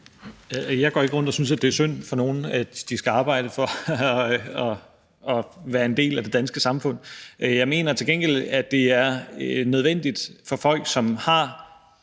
Jeg går ikke rundt og synes, at det er synd for nogen, at de skal arbejde for at være en del af det danske samfund. Jeg mener til gengæld, at det er nødvendigt – bl.a.